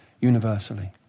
universally